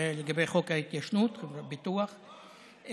חוק ההתיישנות בביטוח,